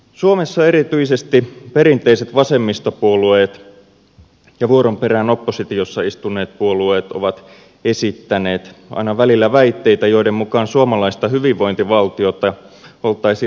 suomessa erityisesti perinteiset vasemmistopuolueet ja vuoron perään oppositiossa istuneet puolueet ovat esittäneet aina välillä väitteitä joiden mukaan suomalaista hyvinvointivaltiota oltaisiin ajamassa alas